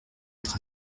être